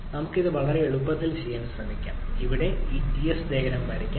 നമുക്ക് ഇത് വളരെ വേഗത്തിൽ ചെയ്യാൻ ശ്രമിക്കാം ഇവിടെ ഈ ടിഎസ് ഡയഗ്രം വരയ്ക്കാം